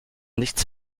nichts